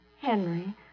Henry